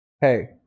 hey